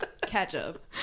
Ketchup